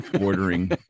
ordering